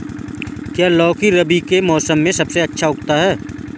क्या लौकी रबी के मौसम में सबसे अच्छा उगता है?